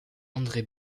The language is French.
andré